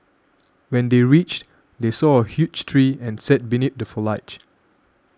when they reached they saw a huge tree and sat beneath the foliage